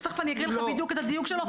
שתכף אני אגדיר לך בדיוק את הדיוק שלו,